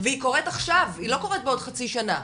והיא קורית עכשיו, היא לא קורית בעוד חצי שנה.